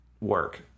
work